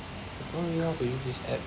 I don't really know how to use this app